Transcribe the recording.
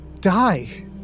die